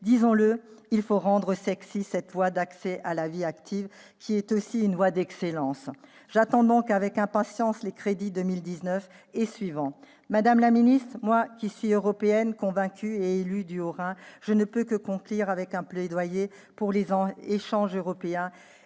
disons-le, il faut rendre « sexy » cette voie d'accès à la vie active qui est aussi une voie d'excellence. J'attends donc avec impatience les crédits pour 2019 et pour les années suivantes. Madame la ministre, moi qui suis Européenne convaincue et élue du Haut-Rhin, je ne peux que conclure par un plaidoyer pour les échanges européens